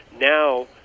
Now